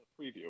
Preview